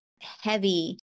heavy